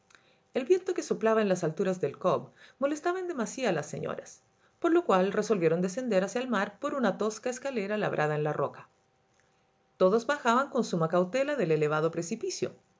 el viento que soplaba en las alturas del cobb molestaba en demasía a las señoras por lo cual resolvieron descender hacia el mar por una tosca escalera labrada en la roca todos bajaban con suma cautela del elevado precipicio